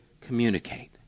communicate